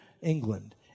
England